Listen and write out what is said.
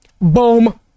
Boom